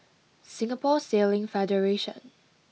Singapore Sailing Federation